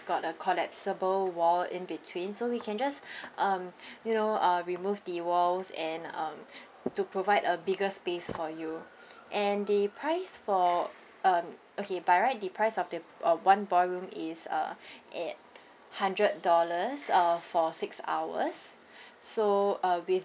got a collapsible wall in between so we can just um you know uh remove the walls and um to provide a bigger space for you and the price for um okay by right the price of the uh one ballroom is uh at hundred dollars uh for six hours so uh with